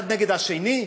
אחד נגד השני,